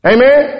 Amen